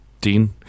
Dean